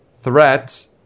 threat